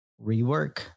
rework